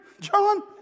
John